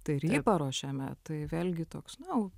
tai ir jį paruošėme tai vėlgi toks nu